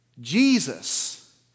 Jesus